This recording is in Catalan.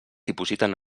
dipositen